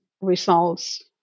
results